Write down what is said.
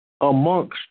amongst